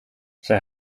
zij